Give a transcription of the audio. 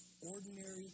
Ordinary